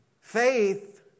faith